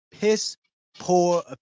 piss-poor